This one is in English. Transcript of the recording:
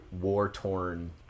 war-torn